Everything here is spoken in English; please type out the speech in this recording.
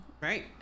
Right